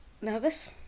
Nervous